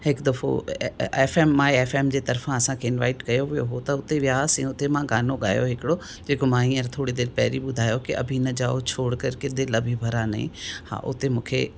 हिकु दफ़ो F M I F M G तर्फ़ा असांखे इनवाइट कयो वियो हुओ त हुते वियासीं हुते मां गानो ॻायो हिकिड़ो जेको मां हीअंर थोरी देरि पहिरीं ॿुधायो की अभी न जाओ छोड़ कर के दिल अभी भरा नही हा उते मूंखे